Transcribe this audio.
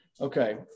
okay